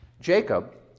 Jacob